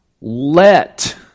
Let